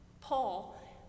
Paul